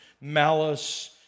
malice